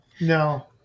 No